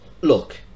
Look